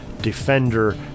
defender